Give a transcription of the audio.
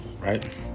right